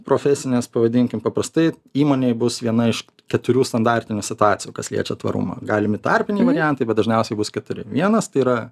profesinės pavadinkim paprastai įmonėj bus viena iš keturių standartinių situacijų kas liečia tvarumą galimi tarpiniai variantai bet dažniausiai bus keturi vienas tai yra